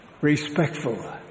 respectful